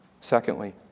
Secondly